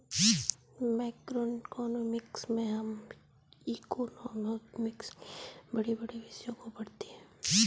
macroeconomics में हम economics के बड़े बड़े विषयों को पढ़ते हैं